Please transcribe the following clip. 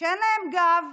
שאין להם גב,